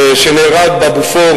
שנהרג בבופור